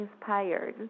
inspired